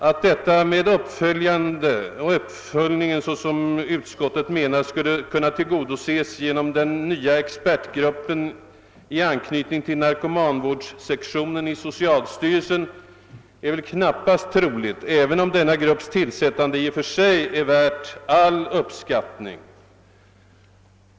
Att detta med uppföljning skulle kunna tillgodoses — såsom utskottet menar — genom den nya expertgruppen i anknytning till narkomanvårdssektionen i socialstyrelsen är väl knappast troligt, även om denna grupps tillsättande i och för sig är värt all uppskattning.